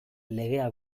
legea